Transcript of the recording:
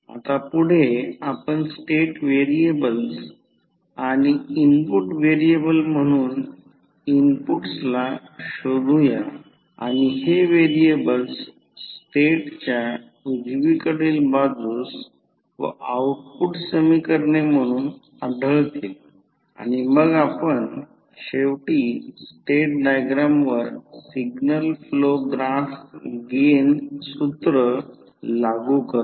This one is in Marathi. आता पुढे आपण स्टेट व्हेरिएबल्स आणि इनपुट व्हेरिएबल म्हणून इनपुटसला शोधूया आणि हे व्हेरिएबल्स स्टेटच्या उजवीकडील बाजूस व आउटपुट समीकरणे म्हणून आढळतील आणि मग आपण शेवटी स्टेट डायग्रामवर सिग्नल फ्लो ग्राफ गेन सूत्र लागू करतो